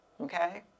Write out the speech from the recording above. Okay